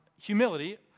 humility